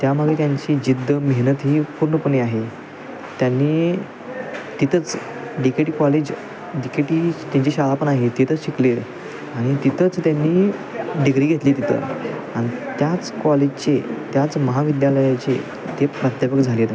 त्यामागे त्यांची जिद्द मेहनत ही पूर्णपणे आहे त्यांनी तिथंच D K T college D K T त्यांची शाळा पण आहे तिथंच शिकले आणि तिथंच त्यांनी डिग्री घेतली तिथं आणि त्याच कॉलेजचे त्याच महाविद्यालयाचे ते प्रध्यापक झाले आहेत